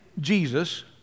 Jesus